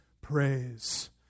praise